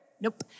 Nope